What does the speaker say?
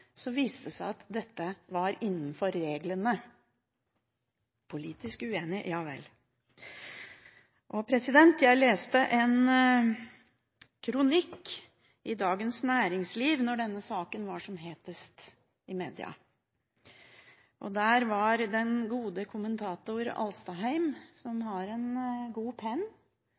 var, viste det seg at dette var innenfor reglene – politisk uenig, ja vel. Jeg leste en kronikk i Dagens Næringsliv da denne saken var som hetest i media. Den gode kommentator Alstadheim, som har en god penn,